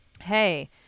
hey